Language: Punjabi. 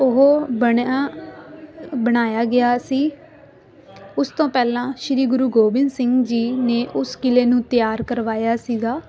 ਉਹ ਬਣਿਆ ਬਣਾਇਆ ਗਿਆ ਸੀ ਉਸ ਤੋਂ ਪਹਿਲਾਂ ਸ਼੍ਰੀ ਗੁਰੂ ਗੋਬਿੰਦ ਸਿੰਘ ਜੀ ਨੇ ਉਸ ਕਿਲ੍ਹੇ ਨੂੰ ਤਿਆਰ ਕਰਵਾਇਆ ਸੀਗਾ